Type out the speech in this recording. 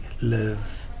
live